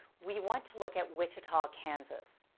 we want to look at wichita, kansas,